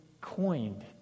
coined